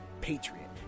patriot